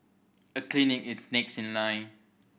a clinic is next in line